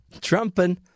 trumping